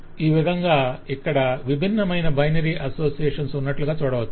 ఈ విధంగా ఇక్కడ విభిన్నమైన బైనరీ అసోసియేషన్స్ ఉన్నట్లుగా చూడవచ్చు